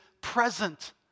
present